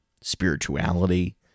spirituality